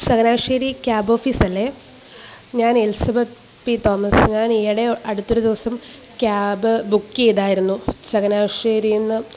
ചങ്ങനാശ്ശേരി ക്യാബോഫീസല്ലെ ഞാനെലിസബത്ത് P Thomas ഞാനീയിടെ അടുത്തൊരു ദിവസം ക്യാബ് ബൂക്ക് ചെയ്തായിരുന്നു ചങ്ങനാശ്ശേരിയിൽ നിന്ന്